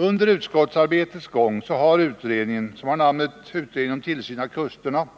Under utskottsarbetets gång har utredningen, som har namnet Utredningen om tillsyn av kusterna ,